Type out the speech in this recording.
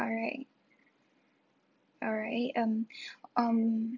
alright alright um um